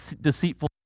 deceitful